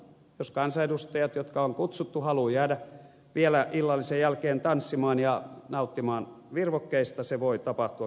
jos kansanedustajat jotka on kutsuttu haluavat jäädä vielä illallisen jälkeen tanssimaan ja nauttimaan virvokkeista se voi tapahtua kansaneläkelaitoksen piikkiin